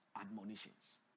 admonitions